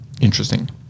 Interesting